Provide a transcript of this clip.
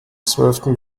zwölften